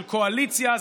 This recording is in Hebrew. של קואליציה.